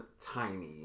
tiny